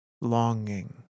longing